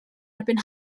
erbyn